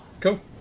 Cool